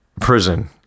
prison